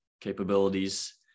capabilities